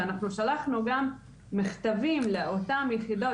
ואנחנו שלחנו גם מכתבים לאותן יחידות